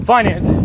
Finance